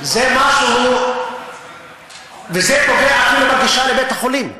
זה משהו וזה פוגע אפילו בגישה לבית-החולים נהריה,